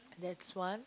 that's one